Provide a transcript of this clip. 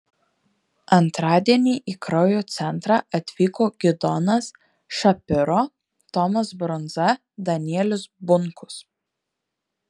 antradienį į kraujo centrą atvyko gidonas šapiro tomas brundza danielius bunkus